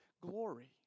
glory